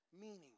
meaning